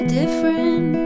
different